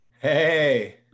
Hey